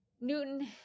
Newton